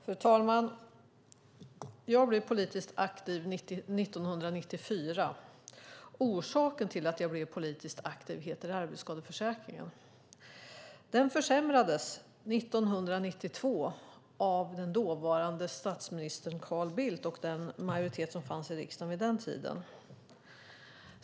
Fru talman! Jag blev politiskt aktiv 1994. Orsaken till att jag blev politiskt aktiv heter arbetsskadeförsäkringen. Den försämrades 1992 av dåvarande statsminister Carl Bildt och den majoritet som fanns i riksdagen vid den tiden.